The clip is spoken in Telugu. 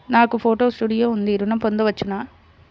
నాకు ఫోటో స్టూడియో ఉంది ఋణం పొంద వచ్చునా?